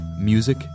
Music